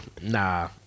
Nah